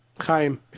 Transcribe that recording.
Chaim